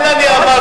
לכן אני אמרתי,